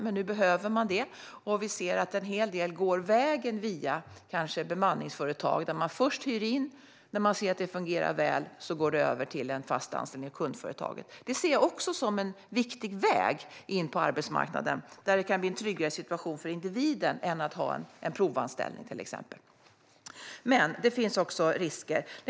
Men nu behöver man det, och vi ser att en del personer får jobb via bemanningsföretag. Först hyrs man in, och när kundföretaget ser att det fungerar väl går det över till en fast anställning. Det ser jag som en viktig väg in på arbetsmarknaden där det kan bli en tryggare situation för individen än att ha till exempel en provanställning. Men det finns också risker.